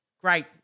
great